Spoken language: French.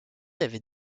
avait